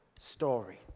story